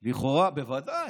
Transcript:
לכאורה, בוודאי,